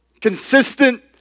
consistent